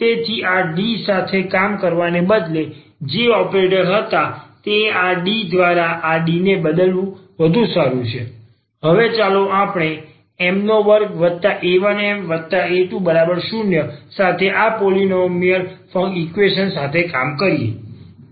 તેથી આ D સાથે કામ કરવાને બદલે જે ઓપરેટર હતા તે આ D દ્વારા આ D ને બદલવું વધુ સારું છે હવે ચાલો આપણે અહીં m2a1ma20 સાથે આ પોલીનોમિયલ ઈક્વેશન સાથે કામ કરીએ